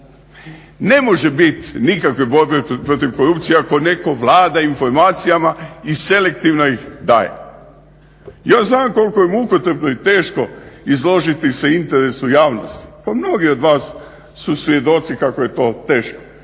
Ne može biti nikakve borbe protiv korupcije ako netko vlada informacijama i selektivno ih daje. Ja znam koliko je mukotrpno i teško izložiti se interesu javnosti. Pa mnogi od vas su svjedoci kako je to teško,